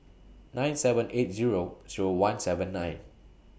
nine seven eight Zero Zero one seven nine